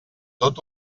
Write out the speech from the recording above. tot